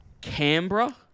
Canberra